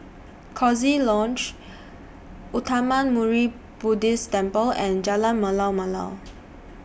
Coziee Lodge Uttamayanmuni Buddhist Temple and Jalan Malu Malu